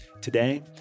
Today